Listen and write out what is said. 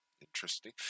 Interesting